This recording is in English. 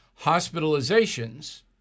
Hospitalizations